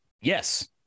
yes